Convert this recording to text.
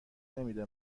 نمیده